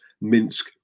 Minsk